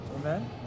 Amen